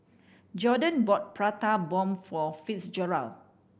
Jordon bought Prata Bomb for Fitzgerald